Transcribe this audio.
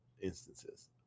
instances